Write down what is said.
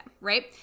Right